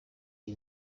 iyi